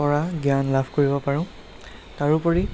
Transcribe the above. পৰা জ্ঞান লাভ কৰিব পাৰোঁ তাৰোপৰি